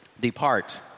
Depart